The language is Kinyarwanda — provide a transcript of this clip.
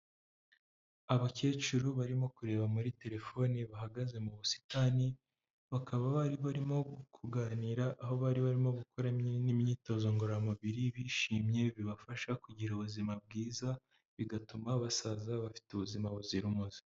Abakecuru barimo kureba muri terefoni bahagaze mu busitani, bakaba bari barimo kuganira aho bari barimo gukora n'imyitozo ngororamubiri bishimye bibafasha kugira ubuzima bwiza bigatuma basaza bafite ubuzima buzira umuze.